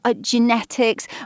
genetics